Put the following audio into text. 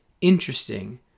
interesting